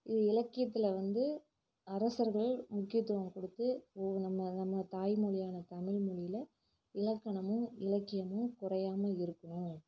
இது இலக்கியத்தில் வந்து அரசர்கள் முக்கியத்துவம் கொடுத்து உ நம்ம நம்ம தாய்மொழியான தமிழ்மொழியில் இலக்கணமும் இலக்கியமும் குறையாமல் இருக்கணும்